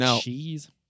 cheese